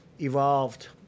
evolved